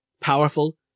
powerful